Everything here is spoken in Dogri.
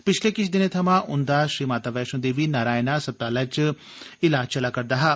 पिछले किश दिनें थमां उन्दा श्री माता वैष्णो देवी नारायणा अस्पताल कटड़ा च इलाज चलै करदा हा